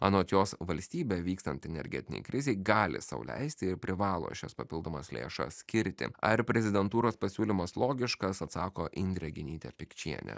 anot jos valstybė vykstant energetinei krizei gali sau leisti ir privalo šias papildomas lėšas skirti ar prezidentūros pasiūlymas logiškas atsako indrė genytė pikčienė